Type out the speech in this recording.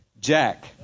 Jack